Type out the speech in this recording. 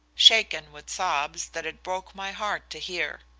shaken with sobs that it broke my heart to hear.